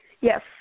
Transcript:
Yes